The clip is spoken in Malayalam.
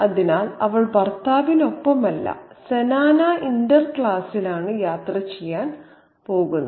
അതിനാൽ അവൾ ഭർത്താവിനൊപ്പമല്ല സെനാന ഇന്റർക്ലാസിലാണ് യാത്ര ചെയ്യാൻ പോകുന്നത്